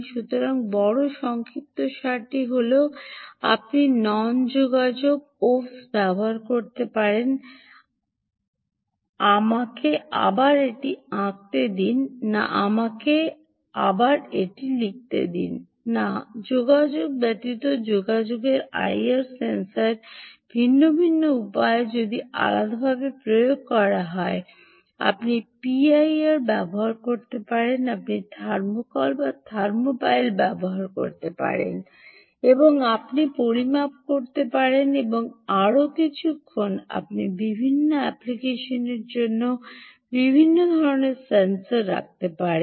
সুতরাং বড় সংক্ষিপ্তসারটি হল আপনি নন যোগাযোগ ওফস ব্যবহার করতে পারেন আমাকে আবার এটি আঁকতে দিন না আমাকে আবার এটি লিখতে দিন না যোগাযোগ ব্যতীত যোগাযোগের আইআরকে ভিন্ন ভিন্ন উপায়ে যদি আলাদাভাবে প্রয়োগ করা হয় আপনি পিআইআর ব্যবহার করতে পারেন আপনি থার্মোকল বা থার্মোপাইল ব্যবহার করতে পারেন এবং আপনি পরিমাপ করতে পারেন এবং আরও কিছুক্ষণ আপনি বিভিন্ন অ্যাপ্লিকেশনের জন্য বিভিন্ন ধরণের সেন্সর রাখতে পারেন